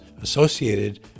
associated